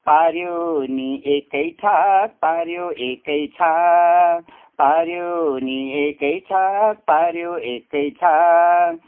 पाऱ्यो नि एक्कै छाक पाऱ्यो एक्कै छाक पाऱ्यो नि एक्कै छाक पाऱ्यो एक्कै छाक